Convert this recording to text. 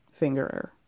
fingerer